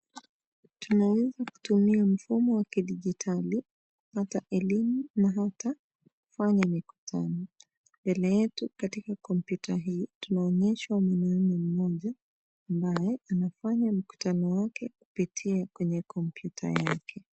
Tunaweza kutumia mfumo wa kidijitali kupata elimu na hata kufanya mikutano mbele yetu katika kompyuta hii tunaonyeshwa mwanaume mmoja ambaye anafanya mkutano wake kupitia kwenye kompyuta yake.